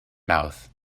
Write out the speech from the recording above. mouth